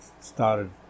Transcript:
started